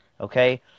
Okay